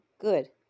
good